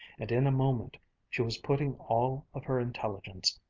and in a moment she was putting all of her intelligence,